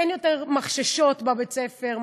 אין יותר "מחששות" בבית-ספר,